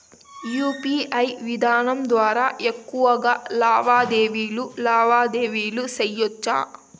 UPI విధానం ద్వారా ఎక్కువగా లావాదేవీలు లావాదేవీలు సేయొచ్చా?